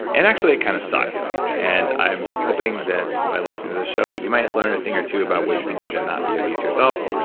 and actually, i kind of sucked and i'm hoping that by listening to this show, you might learn a thing or two about what you can do to not be obese yourself,